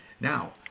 Now